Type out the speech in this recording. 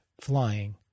flying